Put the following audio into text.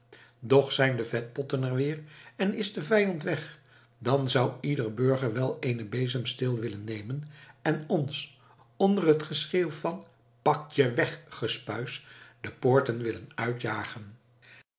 doch zijn de vetpotten er weer en is de vijand weg dan zou ieder burger wel eenen bezemsteel willen nemen en ons onder het geschreeuw van pak je weg gespuis de poorten willen uitjagen